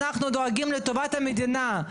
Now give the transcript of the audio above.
אנחנו דואגים לטובת המדינה,